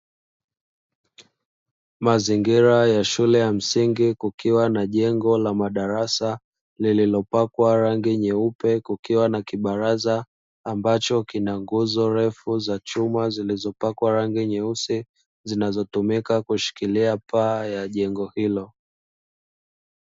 Mazingira ya shule ya msingi kukiwa na jengo la madarasa lililopakwa rangi nyeupe, kukiwa na kibaraza ambacho kina nguzo refu za chuma zilizopakwa rangi nyeusi, zinazotumika kushikilia paa ya jengo hilo